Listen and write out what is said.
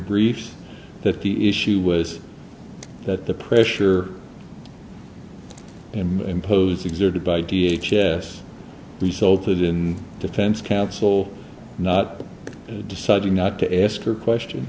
briefs that the issue was that the pressure and imposed exerted by de h s resulted in defense counsel not deciding not to ask her questions